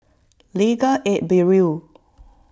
Legal Aid Bureau